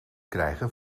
krijgen